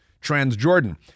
Trans-Jordan